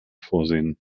vorsehen